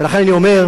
ולכן אני אומר: